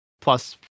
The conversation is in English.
plus